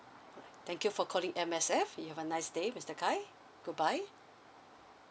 alright thank you for calling M_S_F you have a nice day mister khai goodbye